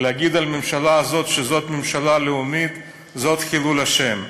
להגיד על הממשלה הזאת שזאת ממשלה לאומית זה חילול השם.